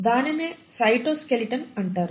దానినే సైటోస్కెలిటన్ అంటారు